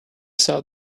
saw